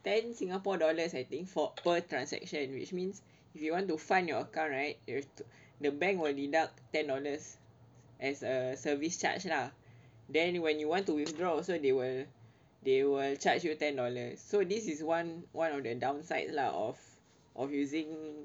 ten singapore dollars I think for per transaction which means if you want to find your account right if the bank will deduct ten dollars as a service charge lah then when you want to withdraw also they will they will charge you ten dollars so this is one one of the downside lah of of using